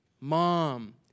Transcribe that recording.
mom